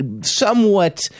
somewhat